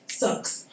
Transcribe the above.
sucks